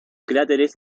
cráteres